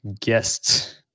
guests